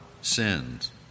sins